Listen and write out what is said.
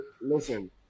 Listen